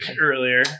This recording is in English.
earlier